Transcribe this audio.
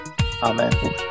Amen